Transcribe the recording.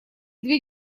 две